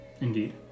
Indeed